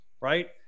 right